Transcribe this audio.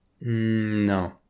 no